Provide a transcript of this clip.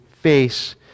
face